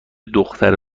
دختر